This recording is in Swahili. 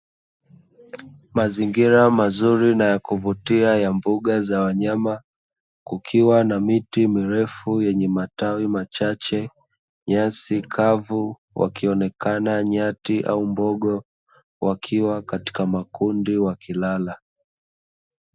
Mazingira mazuri na ya kuvutia ya mbuga za wanyama, kukiwa na miti mirefu yenye matawi machache, nyasi kavu wakionekana nyati au mbogo, wakiwa katika makundi wakilala.